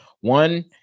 one